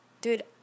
dude